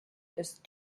ist